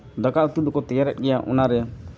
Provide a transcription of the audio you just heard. ᱫᱟᱠᱟ ᱩᱛᱩ ᱫᱚᱠᱚ ᱛᱮᱭᱟᱨᱮᱫ ᱜᱮᱭᱟ ᱚᱱᱟ ᱨᱮ